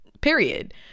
period